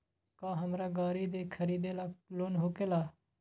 का हमरा गारी खरीदेला लोन होकेला?